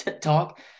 talk